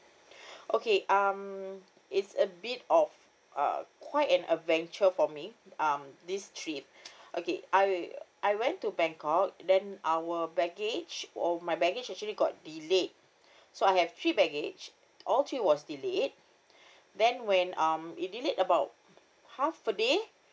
okay um it's a bit of uh quite an adventure for me um this trip okay I I went to bangkok then our baggage oh my baggage actually got delayed so I have three baggage all three was delayed then when um it delayed about half a day